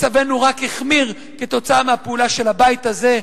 מצבנו רק החמיר כתוצאה מהפעולה של הבית הזה,